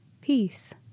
peace